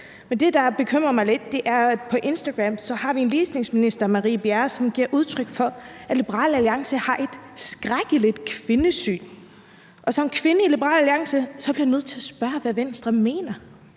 det, der bekymrer mig lidt, er, at på Instagram har vi en ligestillingsminister, som giver udtryk for, at Liberal Alliance har et skrækkeligt kvindesyn. Og som kvinde i Liberal Alliance bliver jeg nødt til at spørge, hvad Venstre mener.